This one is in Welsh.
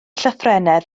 llythrennedd